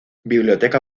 biblioteca